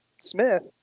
Smith